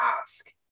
ask